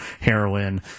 heroin